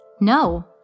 No